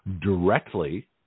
directly